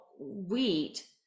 wheat